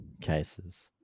cases